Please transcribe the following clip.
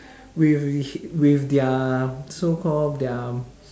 with wi~ with their so call their